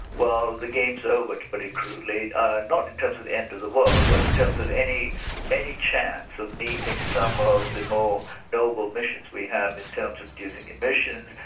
well the game's over, to put it crudely ah not in terms of the end of the world, but in terms of any any chance of meeting some of the more noble missions we have in terms of reducing emissions,